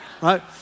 Right